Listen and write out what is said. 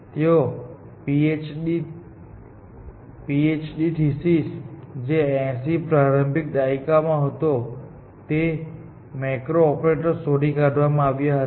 તેમનો PhD thesis જે 80 ના પ્રારંભિક દાયકામાં હતો તેમાં મેક્રો ઓપરેટરો શોધી કાઢવામાં આવ્યા હતા